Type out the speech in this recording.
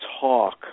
talk